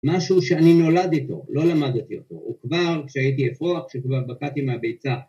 משהו שאני נולד איתו, לא למדתי אותו, הוא כבר, כשהייתי אפרוח, כשכבר בקעתי מהביצה